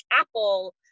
apple